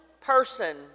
person